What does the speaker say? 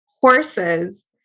horses